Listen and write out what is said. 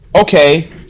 okay